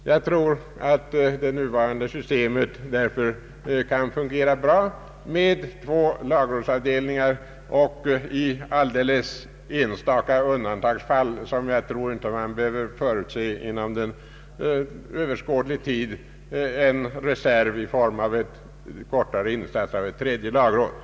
Jag tror därför att det nuvarande systemet kan fungera bra med två lagrådsavdelningar och för alldeles speciella undantagsfall, som jag tror att man inte behöver förutse inom överskådlig tid, en reserv i form av en kortare insats av en tredje lagrådsavdelning.